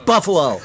Buffalo